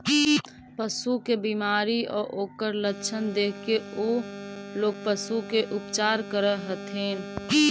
पशु के बीमारी आउ ओकर लक्षण देखके उ लोग पशु के उपचार करऽ हथिन